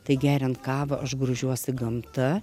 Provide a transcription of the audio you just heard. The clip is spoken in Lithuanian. tai geriant kavą aš grožiuosi gamta